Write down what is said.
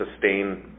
sustain